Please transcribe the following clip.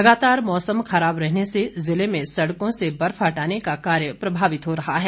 लगातार मौसम खराब रहने से जिले में सड़कों से बर्फ हटाने का कार्य प्रभावित हो रहा है